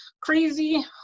crazy